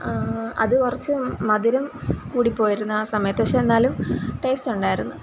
അത് കുറച്ച് മധുരം കൂടിപ്പോയിരുന്നു ആ സമയത്ത് പക്ഷേ എന്നാലും ടേസ്റ്റ് ഉണ്ടായിരുന്നു